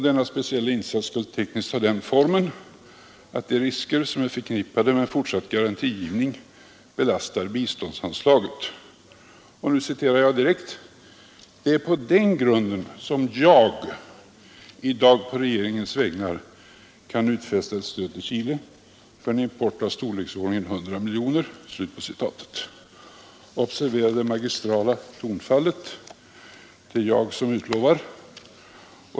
De skulle tekniskt ha den formen rådens ämbetsutövatt de risker som är förknippade med fortsatt garantigivning belastar "EM. Mm. biståndsanslaget. Herr Wickman sade vidare: ”Det är på den grunden som jag i dag på regeringens vägnar kan utfästa ett stöd till Chile för en import av storleksordningen 100 miljoner kronor.” Observera det magistrala tonfallet — det är ”jag” som utlovar.